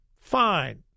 fine